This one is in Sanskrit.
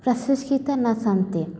प्रशिक्षिताः न सन्ति